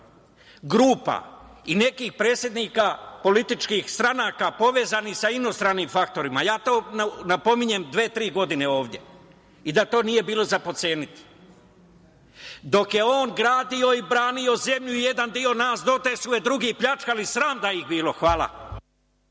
grupa i nekih predsednika političkih stranaka povezanih sa inostranim faktorima. Ja to napominjem dve, tri godine ovde i da to nije bilo za potceniti. Dok je on gradio i branio zemlju i jedan deo nas, dotle su je drugi pljačkali. Sram ih bilo. Hvala.